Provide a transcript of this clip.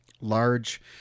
large